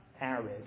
arid